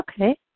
okay